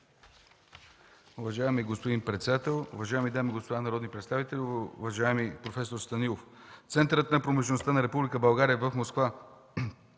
Уважаеми господин председател, уважаеми дами и господа народни представители! Уважаеми професор Станилов, Центърът на промишлеността на Република България в Москва,